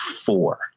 four